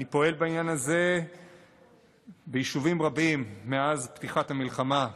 אני פועל בעניין הזה ביישובים רבים מאז פתיחת המלחמה,